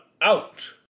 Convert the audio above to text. out